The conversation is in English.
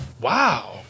Wow